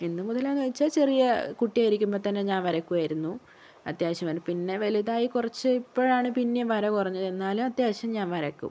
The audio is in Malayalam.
എന്ന് മുതലാണെന്ന് ചോദിച്ചാൽ ചെറിയ കുട്ടിയായിരിക്കുമ്പോൾ തന്നെ ഞാൻ വരയ്കുമായിരുന്നു അത്യാവിശ്യം വരയ്ക്കും പിന്നെ വലുതായി കുറച്ച് ഇപ്പോഴാണ് പിന്നെയും വര കുറഞ്ഞത് എന്നാലും അത്യാവശ്യം ഞാൻ വരയ്ക്കും